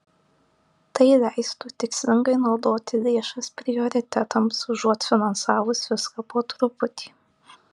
tai leistų tikslingai naudoti lėšas prioritetams užuot finansavus viską po truputį